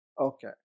Okay